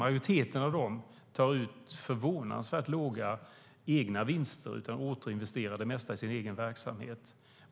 Majoriteten av dem tar ut förvånansvärt låga egna vinster. De återinvesterar det mesta i sin egen verksamhet.